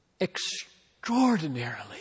extraordinarily